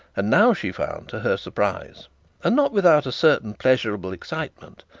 and now she found to her surprise and not without a certain pleasurable excitement,